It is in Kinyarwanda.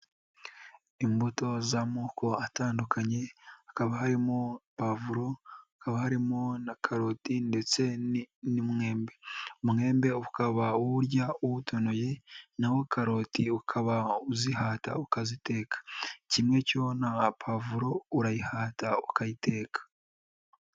Imbuto z'amoko atandukanye hakaba harimo pavuro, hakaba harimo na karoti ndetse n'umwembe. Umwembe ukaba uwurya uwutonoye na ho karoti ukaba uzihata ukaziteka kimwe cyo na pavuro urayihata ukayiteka.